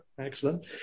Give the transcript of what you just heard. excellent